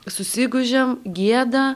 susigūžiam gėda